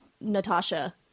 Natasha